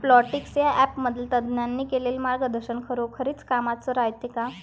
Plantix या ॲपमधील तज्ज्ञांनी केलेली मार्गदर्शन खरोखरीच कामाचं रायते का?